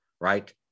right